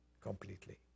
completely